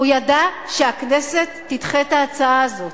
הוא ידע שהכנסת תדחה את ההצעה הזאת,